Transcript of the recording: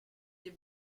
des